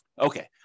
Okay